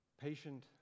patient